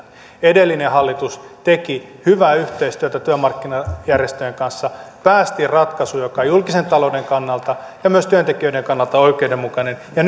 edellinen hallitus teki hyvää yhteistyötä työmarkkinajärjestöjen kanssa päästiin ratkaisuun joka on julkisen talouden kannalta ja myös työntekijöiden kannalta oikeudenmukainen ja